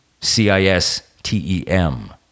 C-I-S-T-E-M